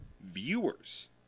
viewers